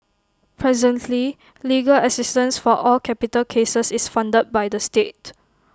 presently legal assistance for all capital cases is funded by the state